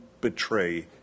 betray